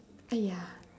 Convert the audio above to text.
!aiya!